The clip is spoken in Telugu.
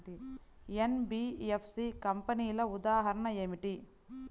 ఎన్.బీ.ఎఫ్.సి కంపెనీల ఉదాహరణ ఏమిటి?